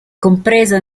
compreso